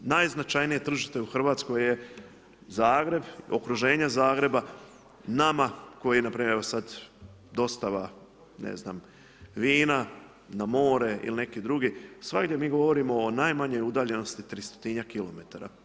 Najznačajnije tržište u Hrvatskoj je Zagreb, okruženje Zagreba, nama koji npr. evo sad dostava ne znam vina na more ili neki drugi, svagdje mi govorimo o najmanje udaljenosti tristotinjak kilometara.